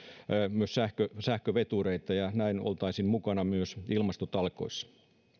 myös sähkövetureita ja näin oltaisiin mukana myös ilmastotalkoissa